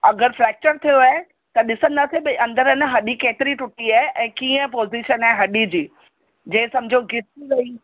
अगरि फ्रैक्चर थियो आहे त ॾिसंदासे भई अंदरि न हॾी केतिरी टुटी आहे ऐं कीअं पोज़िशन आहे हॾी जी जे समुझो घिसी वई